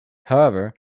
however